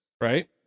right